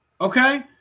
okay